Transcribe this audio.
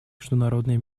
международной